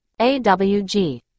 AWG